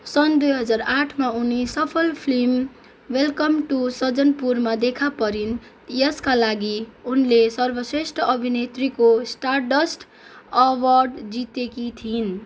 सन् दुई हजार आठमा उनी सफल फिल्म वेलकम टु सज्जनपुरमा देखा परिन् यसका लागि उनले सर्वश्रेष्ठ अभिनेत्रीको स्टारडस्ट अवर्ड जितेकी थिइन्